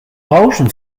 rauschen